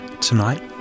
Tonight